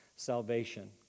salvation